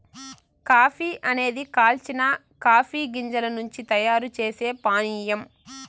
coffee అనేది కాల్చిన coffee గింజల నుండి తయారు చేసే పానీయం